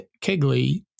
Kegley